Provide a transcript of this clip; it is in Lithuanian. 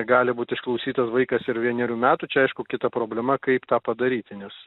gali būt išklausytas vaikas ir vienerių metų čia aišku kita problema kaip tą padaryti nes